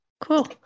Cool